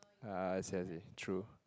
ah I see I see true